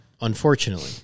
unfortunately